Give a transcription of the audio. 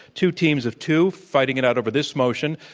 two teams of two, fighting it out over this motion,